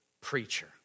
preacher